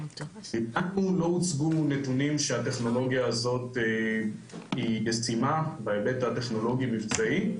לנו לא הוצגו נתונים שהטכנולוגיה הזאת היא ישימה בהיבט הטכנולוגי מבצעי.